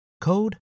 code